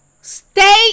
Stay